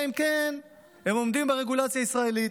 אם כן הם עומדים ברגולציה הישראלית.